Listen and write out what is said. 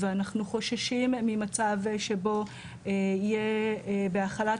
ואנחנו חוששים ממצב שבו יהיה בהחלת